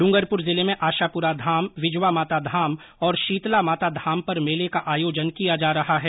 ड्रंगरपुर जिले मेँ आशापुरा धाम विजवामाता धाम और शीतला माता धाम पर मेले का आयोजन किया जा रहा है